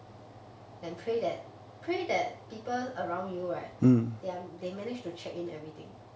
and pray that prey that people around you right they are they managed to check in everything